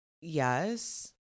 Yes